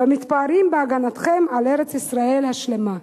ומתפארים בהגנתכם על ארץ-ישראל השלמה.